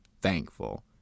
thankful